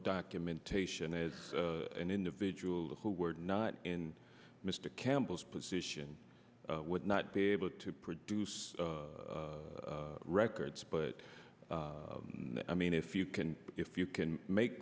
documentation is an individual who were not in mr campbell's position would not be able to produce records but i mean if you can if you can make